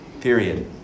Period